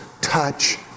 touch